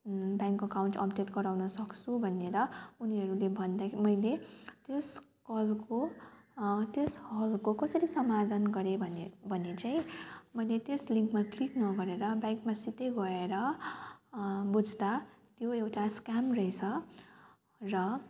bank account update गराउन सक्छु भनेर उनीहरूले भन्दा मैले त्यस कलको त्यस कलको कसरी समाधान गरेँ भने भने चाहिँ मैले त्यस लिङ्कमा क्लिक नगरेर ब्याङ्कमा सिधै गएर बुझ्दा यो एउटा स्क्याम रहेछ र